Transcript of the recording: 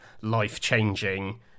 life-changing